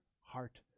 heart